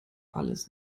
alles